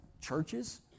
Churches